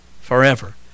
forever